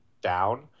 down